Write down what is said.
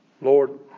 Lord